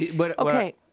Okay